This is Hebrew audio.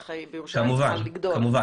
כמובן.